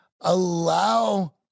allow